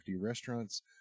restaurants